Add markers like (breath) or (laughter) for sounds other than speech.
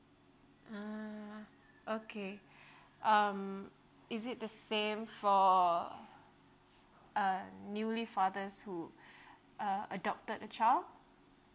mm okay (breath) um is it the same for uh newly fathers who (breath) uh adopted a child